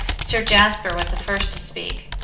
sir jasper was the first to speak,